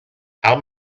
how